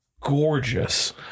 gorgeous